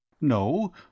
No